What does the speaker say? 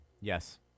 Yes